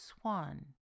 swan